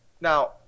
now